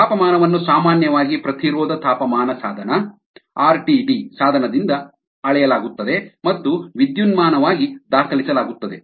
ತಾಪಮಾನವನ್ನು ಸಾಮಾನ್ಯವಾಗಿ ಪ್ರತಿರೋಧ ತಾಪಮಾನ ಸಾಧನ ಆರ್ಟಿಡಿ ಸಾಧನದಿಂದ ಅಳೆಯಲಾಗುತ್ತದೆ ಮತ್ತು ವಿದ್ಯುನ್ಮಾನವಾಗಿ ದಾಖಲಿಸಲಾಗುತ್ತದೆ